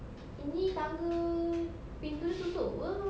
ini tangga pintu dia tutup apa